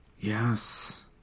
Yes